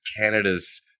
Canada's